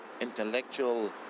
intellectual